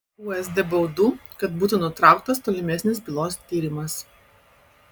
usd baudų kad būtų nutrauktas tolimesnis bylos tyrimas